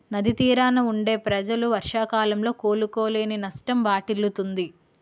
నది తీరాన వుండే ప్రజలు వర్షాకాలంలో కోలుకోలేని నష్టం వాటిల్లుతుంది